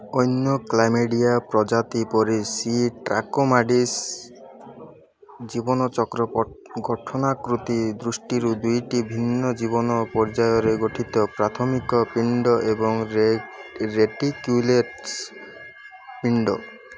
ଅନ୍ୟ କ୍ଲାମିଡ଼ିଆ ପ୍ରଜାତି ପରି ସି ଟ୍ରାକୋମାଟିସ୍ ଜୀବନଚକ୍ର ଗଠନାକୃତି ଦୃଷ୍ଟିରୁ ଦୁଇଟି ଭିନ୍ନ ଜୀବନ ପର୍ଯ୍ୟାୟରେ ଗଠିତ ପ୍ରାଥମିକ ପିଣ୍ଡ ଏବଂ ରେଟିକ୍ୟୁଲେଟ୍ସ ପିଣ୍ଡ